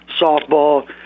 softball